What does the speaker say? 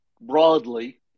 broadly